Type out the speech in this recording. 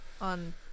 on